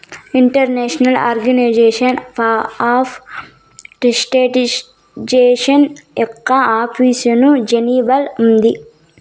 international organization for standardization యొక్క office జెనీవాలో ఉంది